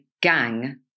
gang